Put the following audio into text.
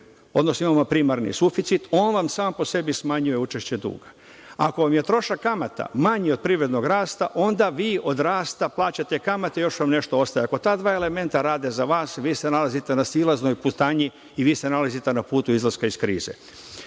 odnosno, imamo primarni suficit, on vam sam po sebi smanjuje učešće duga. Ako vam je trošak kamata manji od privrednog rasta, onda vi od rasta plaćate kamate i još vam nešto ostaje. Ako ta dva elementa rade za vas, vi se nalazite na silaznoj putanji i vi se nalazite ne putu izlaska iz